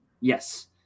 Yes